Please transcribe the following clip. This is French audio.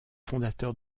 fondateur